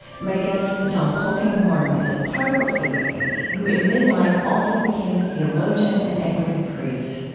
my guest, john polkinghorne, is a particle physicist who in midlife also became a theologian and anglican priest.